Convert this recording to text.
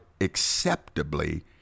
acceptably